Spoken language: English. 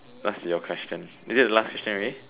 what's your question is it the last question already